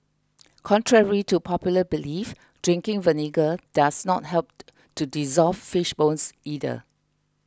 contrary to popular belief drinking vinegar does not help to dissolve fish bones either